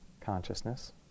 consciousness